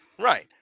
Right